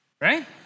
Right